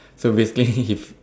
so basically he